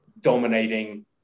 dominating